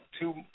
two